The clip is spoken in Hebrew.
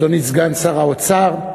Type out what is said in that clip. אדוני סגן שר האוצר,